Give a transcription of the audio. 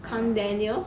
kang daniel